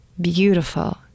beautiful